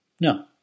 No